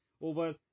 over